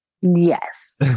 Yes